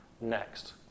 next